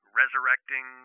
resurrecting